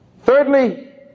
Thirdly